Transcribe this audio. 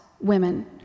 women